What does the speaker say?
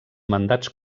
mandats